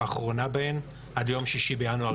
האחרונה בהן עד יום 6 בינואר,